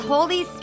Holy